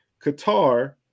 Qatar